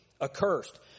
accursed